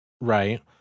Right